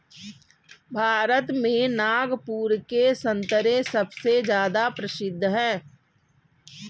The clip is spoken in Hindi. भारत में नागपुर के संतरे सबसे ज्यादा प्रसिद्ध हैं